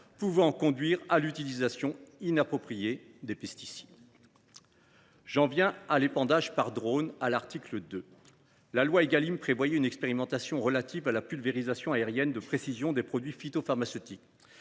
pouvant conduire à l’utilisation inappropriée des pesticides. J’en viens à l’épandage par drones, à l’article 2. La loi Égalim prévoyait la mise en place d’une expérimentation relative à la pulvérisation aérienne de précision de produits phytopharmaceutiques,